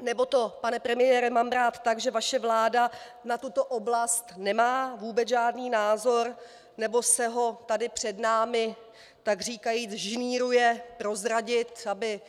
Nebo to, pane premiére, mám brát tak, že vaše vláda na tuto oblast nemá vůbec žádný názor, nebo se ho tady před námi takříkajíc žinýruje prozradit, aby